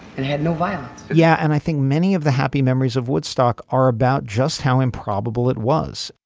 and had no violence. yeah. and i think many of the happy memories of woodstock are about just how improbable it was.